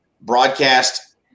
broadcast